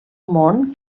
món